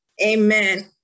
Amen